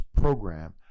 Program